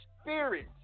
spirit